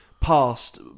past